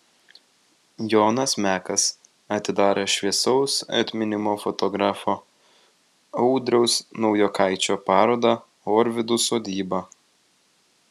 jonas mekas atidarė šviesaus atminimo fotografo audriaus naujokaičio parodą orvidų sodyba